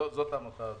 זאת העמותה הזאת.